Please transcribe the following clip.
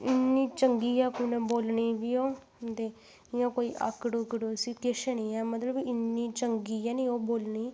इन्नी चंगी ऐ कुसै ने बोलनी अ'ऊं ते इ'यां कोई आकड़ उकड़ उस किश निं ऐ मतलब इन्नी चंगी ऐ निं ओह् बोलने ई